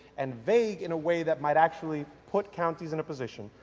and, vague in a way that might actually put counties in a position,